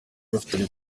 bafitanye